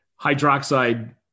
hydroxide